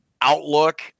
outlook